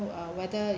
uh whether